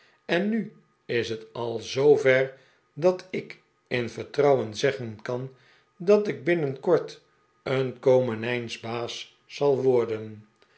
en nu is het al zoo ver dat ik in vertrouwen zeggen kan dat ik binnenkort een komenijsbaas zal worden